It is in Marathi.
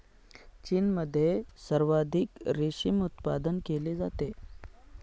चीनमध्ये सर्वाधिक रेशीम उत्पादन केले जाते